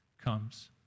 comes